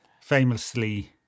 famously